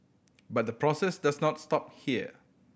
but the process does not stop here